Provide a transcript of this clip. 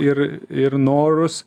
ir ir norus